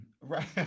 right